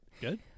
Good